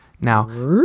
Now